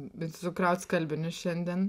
bent sukrauti skalbinius šiandien